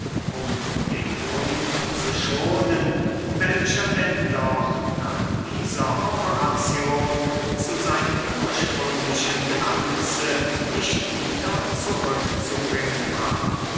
um den grund zu schonen welcher denn doch nach dieser operation zu seinem ursprünglichen glanze nicht wieder zurückzubringen war